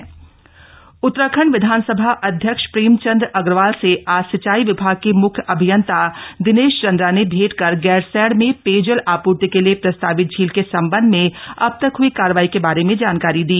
विधानसभा अध्यक्ष उतराखंड विधानसभा अध्यक्ष प्रेमचंद अग्रवाल से आज सिंचाई विभाग के मुख्य अभियंता दिनेश चंद्रा ने भेंट कर गैरसैण में पेयजल आपूर्ति के लिए प्रस्तावित झील के संबंध में अब तक हई कार्रवाई के बारे में जानकारी दी